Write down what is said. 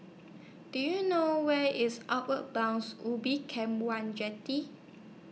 Do YOU know Where IS Outward Bounds Ubin Camp one Jetty